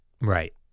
Right